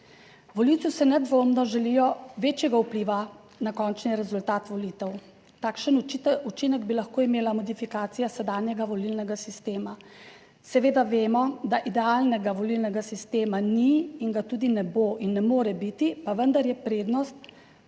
Volivci si nedvomno želijo večjega vpliva na končni rezultat volitev. Takšen učinek bi lahko imela modifikacija sedanjega volilnega sistema. Seveda vemo, da idealnega volilnega sistema ni in ga tudi ne bo in ne more biti, pa vendar je prednost,